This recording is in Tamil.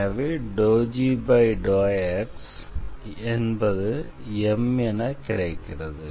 எனவே ∂g∂x என்பது M என கிடைக்கிறது